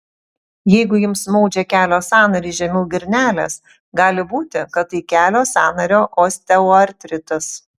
jeigu jums maudžia kelio sąnarį žemiau girnelės gali būti kad tai kelio sąnario osteoartritas